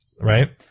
right